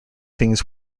things